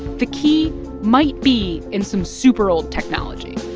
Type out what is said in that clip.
the key might be in some super old technology